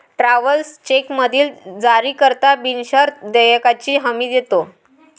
travellers चेकमधील जारीकर्ता बिनशर्त देयकाची हमी देतो